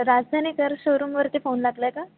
राजधानीकर शोरूमवरती फोन लागला आहे का